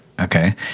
okay